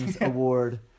award